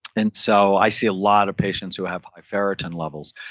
and so i see a lot of patients who have high ferritin levels,